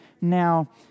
Now